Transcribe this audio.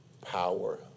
power